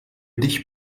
dich